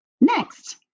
Next